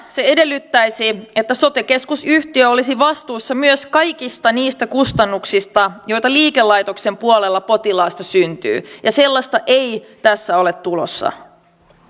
se edellyttäisi että sote keskusyhtiö olisi vastuussa myös kaikista niistä kustannuksista joita liikelaitoksen puolella potilaasta syntyy ja sellaista ei tässä ole tulossa